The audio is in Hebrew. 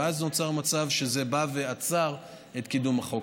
ואז נוצר מצב שזה בא ועצר את קידום החוק.